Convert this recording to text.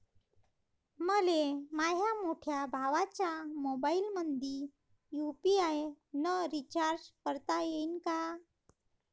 मले माह्या मोठ्या भावाच्या मोबाईलमंदी यू.पी.आय न रिचार्ज करता येईन का?